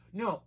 no